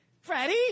Freddie